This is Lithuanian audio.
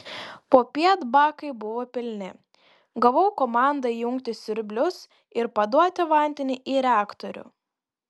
popiet bakai buvo pilni gavau komandą įjungti siurblius ir paduoti vandenį į reaktorių